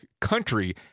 country